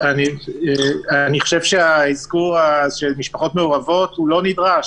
אני חושב שהאזכור של משפחות מעורבות לא נדרש.